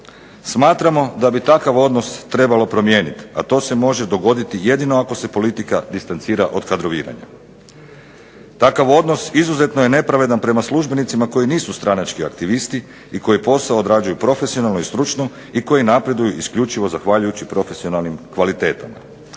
Smatramo da bi takav odnos trebalo promijeniti, a to se može dogoditi jedino ako se politika distancira od kadroviranja. Takav odnos izuzetno je nepravedan prema službenicima koji nisu stranački aktivisti i koji posao odrađuju profesionalno i stručno i koji napreduju isključivo zahvaljujući profesionalnim kvalitetama.